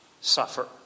suffer